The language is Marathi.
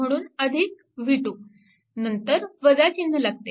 म्हणून v2 नंतर चिन्ह लागते